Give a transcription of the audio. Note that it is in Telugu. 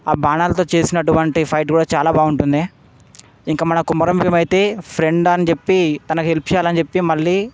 ఆ బాణాలతో చేసిన అటువంటి ఫైట్ కూడా చాలా బాగుంటుంది ఇంక మన కొమరం భీమ్ అయితే ఫ్రెండ్ అని చెప్పి తనకి హెల్ప్ చెయ్యాలని చెప్పి మళ్ళీ